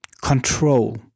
control